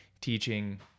teaching